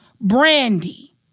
Brandy